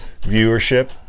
viewership